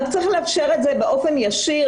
רק צריך לאפשר את זה באופן ישיר,